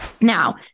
Now